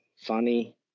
funny